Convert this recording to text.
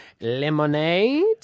Lemonade